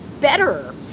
better